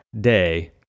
day